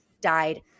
died